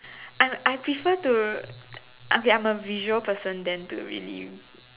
I'm I prefer to okay I'm a visual person than to really